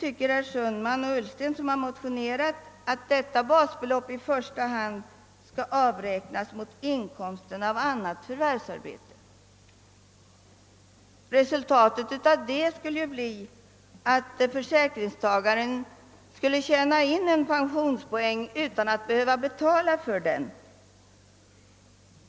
Herr Sundman och herr Ullsten har i sin motion föreslagit att basbeloppet i första hand skall avräknas mot inkomsten av annat förvärvsarbete, men resultatet därav skulle bli att försäkringstagaren tjänade in pensionspoäng utan att behöva betala för den.